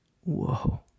Whoa